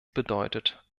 bedeutet